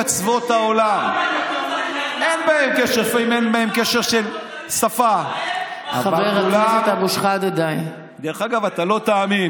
אנחנו מאמינים שהוא יכול לעשות את מה שהוא רוצה לבד.